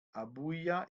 abuja